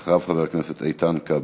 ולאחריו, חבר הכנסת איתן כבל.